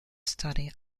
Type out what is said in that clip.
study